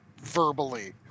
verbally